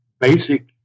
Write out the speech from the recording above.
basic